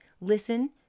listen